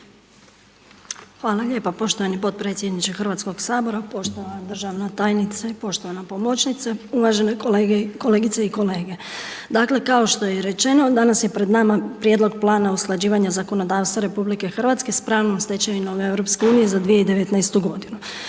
Hvala lijepa poštovani podpredsjedniče Hrvatskog sabora, poštovana državna tajnice, poštovana pomoćnice, uvažene kolegice i kolege, dakle kao što je i rečeno danas je pred nama Prijedlog plana usklađivanja zakonodavstva RH s pravnom stečevinom EU za 2019. godinu.